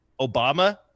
Obama